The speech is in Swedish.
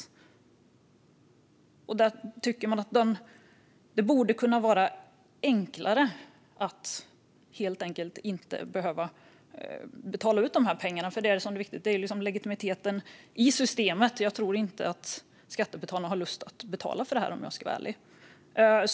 För legitimiteten i systemet tycker jag att det borde vara enklare att helt enkelt inte behöva betala ut de här pengarna. Jag tror inte att skattebetalarna har lust att betala för det här, om jag ska vara ärlig.